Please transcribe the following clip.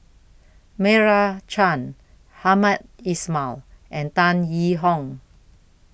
Meira Chand Hamed Ismail and Tan Yee Hong